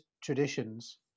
traditions